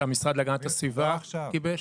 שהמשרד להגנת הסביבה גיבש.